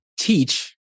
teach